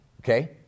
okay